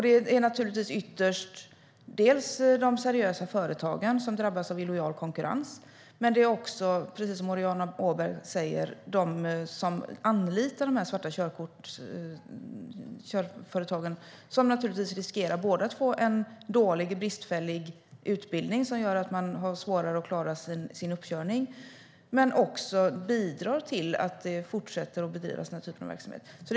Det är naturligtvis ytterst de seriösa företagen som drabbas av illojal konkurrens, men även, precis som Boriana Åberg säger, de som anlitar de här svarta körskoleföretagen. De riskerar naturligtvis att få en dålig och bristfällig utbildning som gör att de har svårare att klara sin uppkörning. De bidrar också till att den här typen av verksamhet fortsätter att bedrivas.